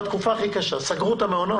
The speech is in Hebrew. בתקופה הכי קשה סגרו את המעונות?